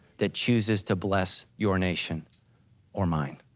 that chooses to bless your nation or mine.